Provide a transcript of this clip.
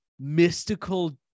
mystical